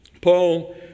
Paul